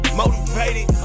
motivated